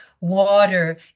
water